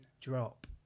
Drop